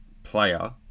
Player